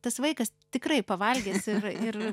tas vaikas tikrai pavalgys ir ir